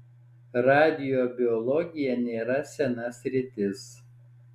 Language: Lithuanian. radiobiologija nėra sena sritis